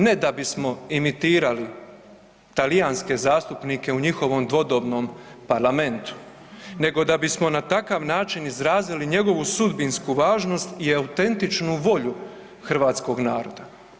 Ne da bismo emitirali talijanske zastupnike u njihovom dvodobnom parlamentu nego da bismo na takav način izrazili njegovu sudbinsku važnost i autentičnu volju hrvatskog naroda.